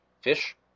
fish